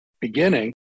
beginning